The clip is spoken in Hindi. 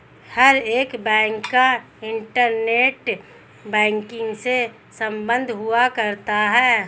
हर एक बैंक का इन्टरनेट बैंकिंग से सम्बन्ध हुआ करता है